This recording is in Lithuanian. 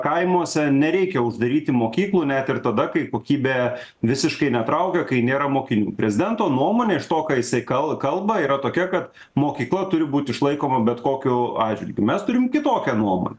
kaimuose nereikia uždaryti mokyklų net ir tada kai kokybė visiškai netraukia kai nėra mokinių prezidento nuomone iš to ką jisai kal kalba yra tokia kad mokykla turi būt išlaikoma bet kokiu atžvilgiu mes turim kitokią nuomonę